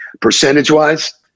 percentage-wise